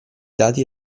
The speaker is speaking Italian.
dati